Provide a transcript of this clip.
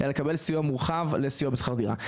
אלא לקבל סיוע מורחב לסיוע בשכר דירה.